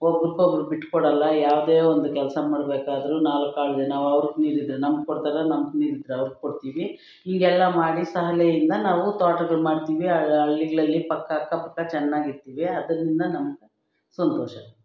ಒಬ್ರಿಗೊಬ್ರು ಬಿಟ್ಕೊಡಲ್ಲ ಯಾವುದೇ ಒಂದು ಕೆಲಸ ಮಾಡಬೇಕಾದ್ರೂ ನಾಲ್ಕು ಕಾಳಿದ್ದರೆ ನಾವು ಅವ್ರಿಗೆ ನೀರಿದ್ದರೆ ನಮ್ಗೆ ಕೊಡ್ತಾರೆ ನಮ್ಗೆ ನೀರಿದ್ದರೆ ಅವ್ರ್ಗೆ ಕೊಡ್ತೀವಿ ಹೀಗೆಲ್ಲ ಮಾಡಿ ಸಹನೆಯಿಂದ ನಾವು ತೋಟಗಳು ಮಾಡ್ತೀವಿ ಹಳ್ಳಿಗಳಲ್ಲಿ ಪಕ್ಕ ಅಕ್ಕಪಕ್ಕ ಚೆನ್ನಾಗಿರ್ತೀವಿ ಅದರಿಂದ ನಮ್ಗೆ ಸಂತೋಷ